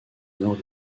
nord